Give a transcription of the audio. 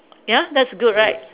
ya that's good right